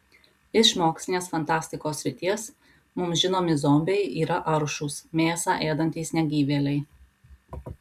iš mokslinės fantastikos srities mums žinomi zombiai yra aršūs mėsą ėdantys negyvėliai